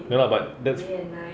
ya lah but that's